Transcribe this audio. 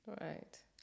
Right